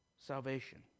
salvation